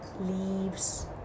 leaves